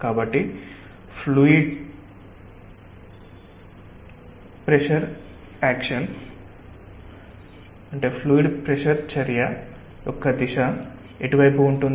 కాబట్టి fluid pressure చర్య యొక్క దిశ ఎటు వైపు ఉంటుంది